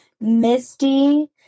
Misty